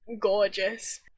gorgeous